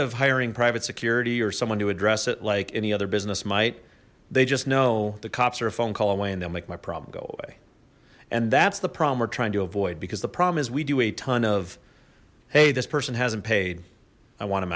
of hiring private security or someone to address it like any other business might they just know the cops are a phone call away and they'll make my problem go away and that's the problem we're trying to avoid because the problem is we do a ton of hey this person hasn't paid i want